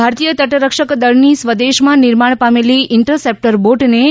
ભારતીય તટરક્ષકદળની સ્વદેશમાં નિર્માણ પામેલી ઇન્ટરસેપ્ટર બોટને હજીરા ખાતે